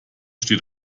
steht